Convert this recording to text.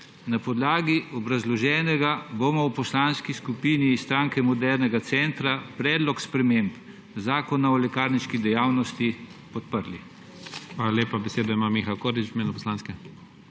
Na podlagi obrazloženega bomo v Poslanski skupini Stranke modernega centra predlog sprememb Zakona o lekarniški dejavnosti podprli.